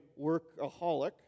workaholic